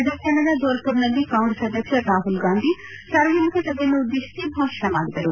ರಾಜಸ್ತಾನದ ಧೋಲ್ಮರ್ನಲ್ಲಿ ಕಾಂಗ್ರೆಸ್ ಅಧ್ಯಕ್ಷ ರಾಮಲ್ ಗಾಂಧಿ ಸಾರ್ವಜನಿಕ ಸಬೆಯನ್ನು ಉದ್ದೇಶಿಸಿ ಭಾಷಣ ಮಾಡಿದರು